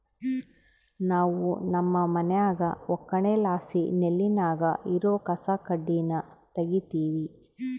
ನಾವು ನಮ್ಮ ಮನ್ಯಾಗ ಒಕ್ಕಣೆಲಾಸಿ ನೆಲ್ಲಿನಾಗ ಇರೋ ಕಸಕಡ್ಡಿನ ತಗೀತಿವಿ